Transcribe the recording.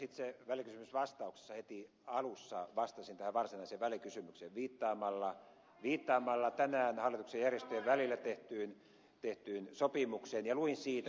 itse välikysymysvastauksessa heti alussa vastasin tähän varsinaiseen välikysymykseen viittaamalla tänään hallituksen ja järjestöjen välillä tehtyyn sopimukseen ja luin siitä sen ratkaisevan kappaleen